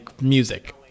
music